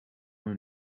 hun